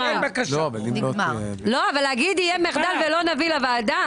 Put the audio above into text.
לא, אבל להגיד יהיה מחדל ולא נביא לוועדה?